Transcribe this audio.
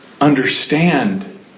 understand